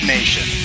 Nation